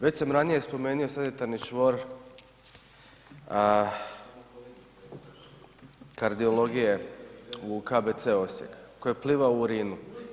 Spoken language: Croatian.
Već sam ranije spomenuo sanitarni čvor kardiologije u KBC Osijek koji pliva u urinu.